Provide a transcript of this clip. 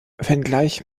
wenngleich